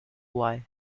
why